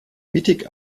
mittig